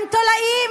הן תולעים,